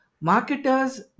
marketers